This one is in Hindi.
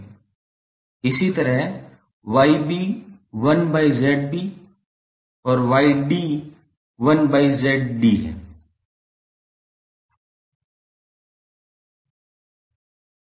इसी तरह 𝑌𝐵 1 by ZB और 𝑌𝐷 1 by ZD है